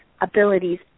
abilities